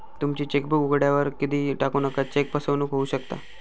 तुमची चेकबुक उघड्यावर कधीही टाकू नका, चेक फसवणूक होऊ शकता